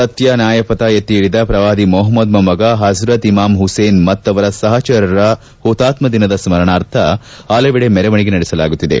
ಸತ್ತ್ ನ್ಯಾಯಪಥ ಎತ್ತಿ ಹಿಡಿದ ಪ್ರವಾದಿ ಮೊಹಮ್ದದ್ ಮೊಮ್ದಗ ಪಜ್ರತ್ ಇಮಾಮ್ ಹುಸೇನ್ ಮತ್ತವರ ಸಹಚರರ ಹುತಾತ್ನ ದಿನದ ಸ್ನರಣಾರ್ಥ ಹಲವೆಡೆ ಮೆರವಣಿಗೆ ನಡೆಸಲಾಗುತ್ತಿದೆ